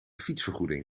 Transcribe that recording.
fietsvergoeding